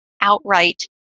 outright